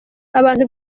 abantu